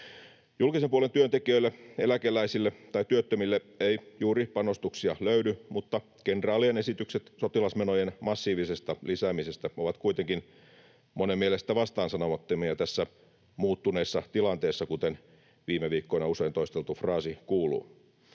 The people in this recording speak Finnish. Julkisen puolen työntekijöille, eläkeläisille tai työttömille ei juuri panostuksia löydy, mutta kenraalien esitykset sotilasmenojen massiivisesta lisäämisestä ovat kuitenkin monen mielestä vastaansanomattomia tässä muuttuneessa tilanteessa, kuten viime viikkoina usein toisteltu fraasi kuuluu.